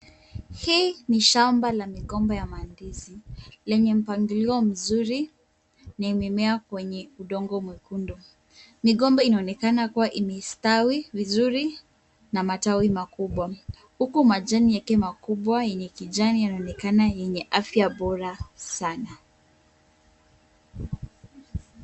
Hii ni shamba la migomba ya mandizi lenye mpangilio mzuri na imemea kwenye udongo mwekundu. Migomba inaonekana kuwa imestawi vizuri na matawi makubwa, huku majani yake makubwa yenye kijani yanaonekana yenye afya bora sana.